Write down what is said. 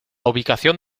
ubicación